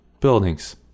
buildings